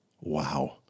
Wow